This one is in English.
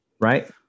right